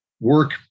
work